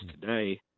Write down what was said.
today